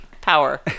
power